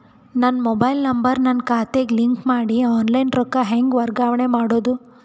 ನನ್ನ mobile number ನನ್ನ ಖಾತೆಗೆ ಲಿಂಕ್ ಮಾಡಿ ಆನ್ಲೈನ್ ರೊಕ್ಕ ಹೆಂಗ ವರ್ಗಾವಣೆ ಮಾಡೋದು?